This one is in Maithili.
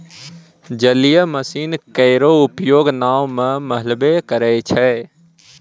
जलीय मसीन केरो उपयोग नाव म मल्हबे करै छै?